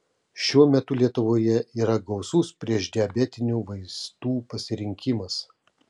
šiuo metu lietuvoje yra gausus priešdiabetinių vaistų pasirinkimas